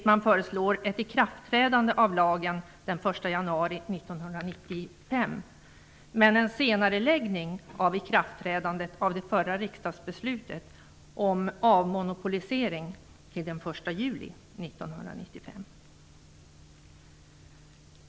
Man föreslår ett ikraftträdande av den lagen den 1 januari 1995 men en senareläggning av ikraftträdandet av det förra riksdagsbeslutet om avmonopolisering, till den 1 juli 1995.